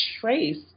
trace